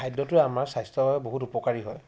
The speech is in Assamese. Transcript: খাদ্যটো আমাৰ স্বাস্থ্যৰ বহুত উপকাৰী হয়